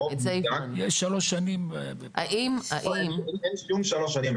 זה שלוש שנים --- אין שום שלוש שנים.